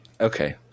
Okay